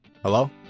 Hello